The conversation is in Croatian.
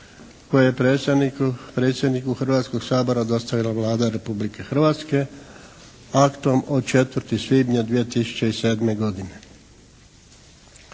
koje je predsjedniku Hrvatskog sabora dostavila Vlada Republike Hrvatske aktom od 4. svibnja 2007. godine.